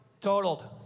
Totaled